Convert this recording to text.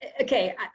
Okay